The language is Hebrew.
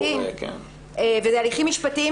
את הקטין.